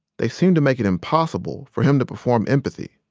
they seem to make it impossible for him to perform empathy.